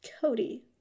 Cody